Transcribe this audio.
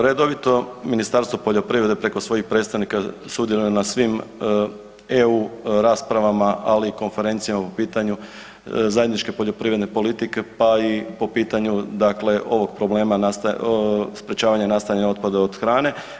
Redovito Ministarstvo poljoprivrede preko svojih predstavnika sudjeluje na svim EU raspravama ali i konferencijama po pitanju zajedničke poljoprivredne politike pa i po pitanju dakle ovog problema sprječavanja nastajanja otpada od hrane.